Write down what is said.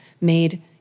made